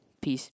Peace